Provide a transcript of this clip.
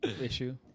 issue